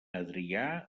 adrià